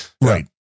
Right